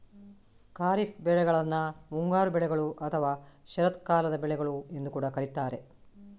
ಖಾರಿಫ್ ಬೆಳೆಗಳನ್ನ ಮುಂಗಾರು ಬೆಳೆಗಳು ಅಥವಾ ಶರತ್ಕಾಲದ ಬೆಳೆಗಳು ಎಂದು ಕೂಡಾ ಕರೀತಾರೆ